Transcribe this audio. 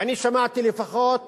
ואני שמעתי לפחות